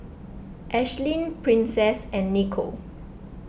Ashlyn Princess and Nico